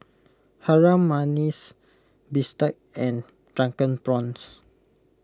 Harum Manis Bistake and Drunken Prawns